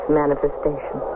manifestation